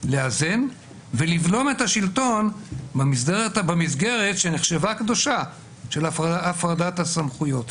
לאזן ולבלום את השלטון במסגרת שנחשבה קדושה של הפרדת הסמכויות.